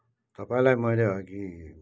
तपाईँलाई मैले अघि